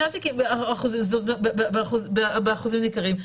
--- באחוזים ניכרים.